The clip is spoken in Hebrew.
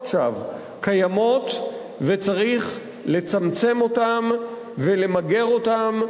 שווא קיימות וצריך לצמצם אותן ולמגר אותן,